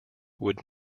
would